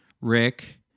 Rick